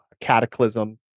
cataclysm